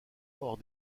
hors